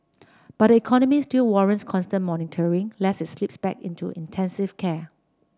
but the economy still warrants constant monitoring lest it slip back into intensive care